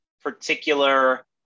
particular